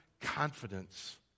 confidence